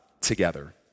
together